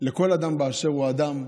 לכל אדם באשר הוא אדם,